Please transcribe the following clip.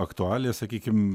aktualiją sakykim